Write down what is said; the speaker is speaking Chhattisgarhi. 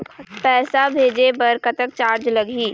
पैसा भेजे बर कतक चार्ज लगही?